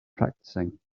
practicing